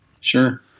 Sure